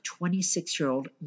26-year-old